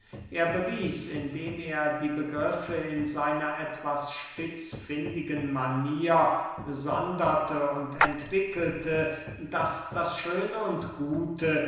er bewies indem er die begriffe in seiner etwas spitzfindigen manier sonderte und entwickelte daß das schöne und gute